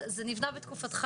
אז זה נבנה בתקופתך,